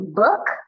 book